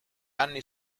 anni